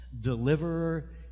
deliverer